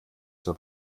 zur